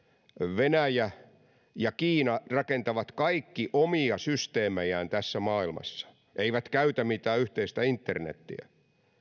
venäjä ja kiina rakentavat kaikki omia systeemejään tässä maailmassa ne eivät käytä mitään yhteistä internetiä